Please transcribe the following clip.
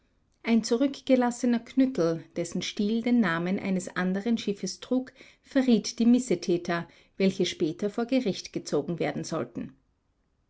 ein zurückgelassener knüttel dessen stiel den namen eines anderen schiffes trug verriet die missetäter welche später vor gericht gezogen werden sollten